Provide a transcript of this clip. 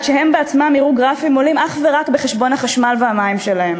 שהם בעצמם יראו גרפים עולים רק בחשבונות החשמל והמים שלהם.